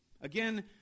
Again